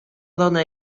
dona